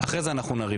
ואחרי זה נריב,